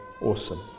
Awesome